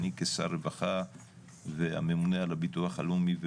אני כשר רווחה והממונה על הביטוח הלאומי,